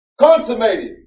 consummated